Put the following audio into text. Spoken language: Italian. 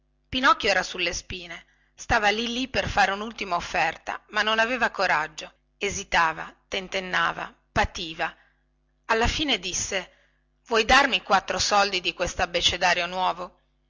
pinocchio era sulle spine stava lì lì per fare unultima offerta ma non aveva coraggio esitava tentennava pativa alla fine disse vuoi darmi quattro soldi di questabbecedario nuovo